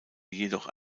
jedoch